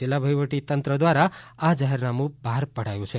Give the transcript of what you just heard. જિલ્લા વહીવટી તંત્ર દ્વારા જાહેરનામુ બહાર પડાયું છે